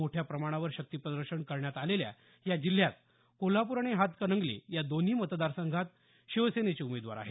मोठ्या प्रमाणावर शक्ती प्रदर्शन करण्यात आलेल्या या जिल्ह्यात कोल्हापूर आणि हातकणंगले या दोन्ही मतदारसंघात शिवसेनेचे उमेदवार आहेत